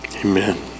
amen